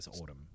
autumn